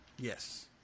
Yes